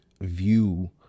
view